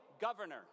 governor